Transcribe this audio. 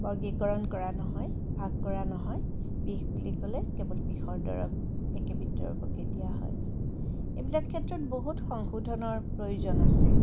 বৰ্গীকৰণ কৰা নহয় ভাগ কৰা নহয় বিষ বুলি ক'লে কেৱল বিষৰ দৰৱ একেবিধ দৰৱকে দিয়া হয় এইবিলাক ক্ষেত্ৰত বহুত সংশোধনৰ প্ৰয়োজন আছে